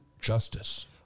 justice